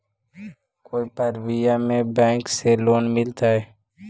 कोई परबिया में बैंक से लोन मिलतय?